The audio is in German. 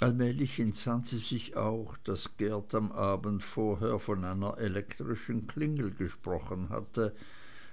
allmählich entsann sie sich auch daß geert am abend vorher von einer elektrischen klingel gesprochen hatte